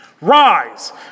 Rise